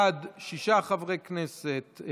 בעד, שישה חברי כנסת,